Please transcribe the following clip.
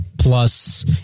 plus